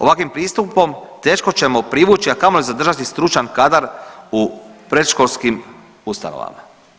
Ovakvim pristupom teško ćemo privući, a kamoli zadržati stručan kadar u predškolskim ustanovama.